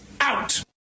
out